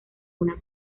una